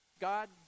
God